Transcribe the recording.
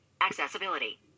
Accessibility